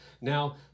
Now